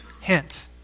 hint